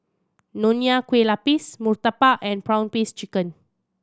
Nonya Kueh Lapis murtabak and prawn paste chicken